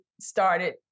started